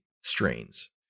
strains